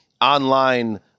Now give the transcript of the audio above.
online